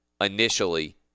initially